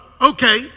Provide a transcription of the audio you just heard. okay